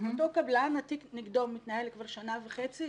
אותו קבלן התיק נגדו מתנהל כבר שנה וחצי,